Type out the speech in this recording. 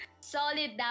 Solid